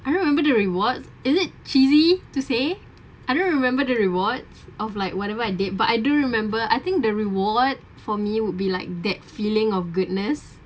I don't remember the reward is it cheesy to say I don't remember the rewards of like whatever I did but I do remember I think the reward for me would be like that feeling of goodness